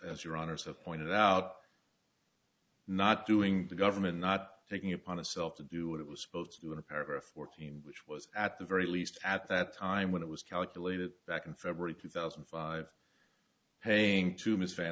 as your honour's have pointed out not doing the government not taking upon itself to do what it was supposed to do in a paragraph fourteen which was at the very least at that time when it was calculated back in february two thousand and five haying to miss fan